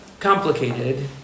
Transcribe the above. complicated